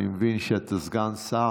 אני מבין שאתה סגן שר.